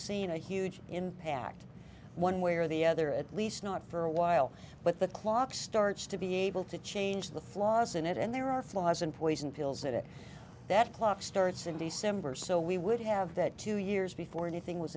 seen a huge impact one way or the other at least not for a while but the clock starts to be able to change the flaws in it and there are flaws in poison pills that that clock starts in december so we would have that two years before anything was